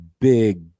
big